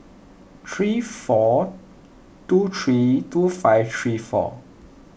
three four two three two five three four